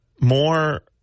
More –